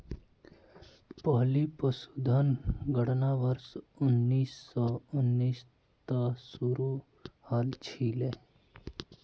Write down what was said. पहली पशुधन गणना वर्ष उन्नीस सौ उन्नीस त शुरू हल छिले